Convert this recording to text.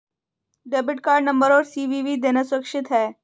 Debit card number और CVV देना सुरक्षित है?